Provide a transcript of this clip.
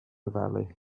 valley